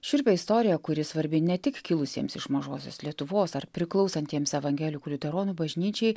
šiurpią istoriją kuri svarbi ne tik kilusiems iš mažosios lietuvos ar priklausantiems evangelikų liuteronų bažnyčiai